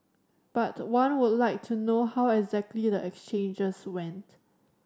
but one would like to know how exactly the exchanges went